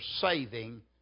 saving